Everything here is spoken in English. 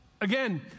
Again